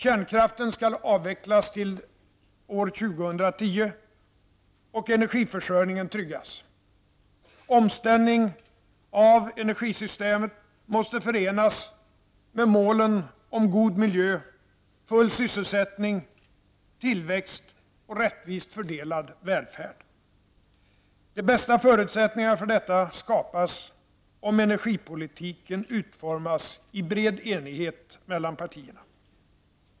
Kärnkraften skall avvecklas till år 2010 och energiförsörjningen tryggas. Omställning av energisystemet måste förenas med målen om god miljö, full sysselsättning, tillväxt och rättvist fördelad välfärd. De bästa förutsättningarna för detta skapas om energipolitiken utformas i bred enighet mellan partierna.